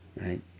Right